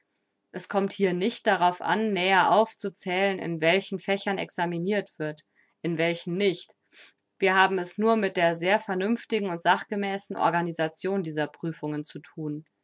es kommt hier nicht darauf an näher aufzuzählen in welchen fächern examinirt wird in welchen nicht wir haben es nur mit der sehr vernünftigen und sachgemäßen organisation dieser prüfungen zu thun